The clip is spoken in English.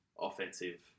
offensive